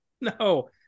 No